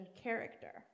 character